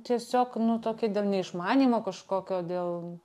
tiesiog nu tokia dėl neišmanymo kažkokio dėl